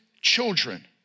children